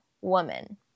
woman